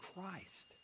Christ